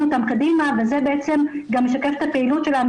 אותם קדימה וזה בעצם גם משקף את הפעילות שלנו,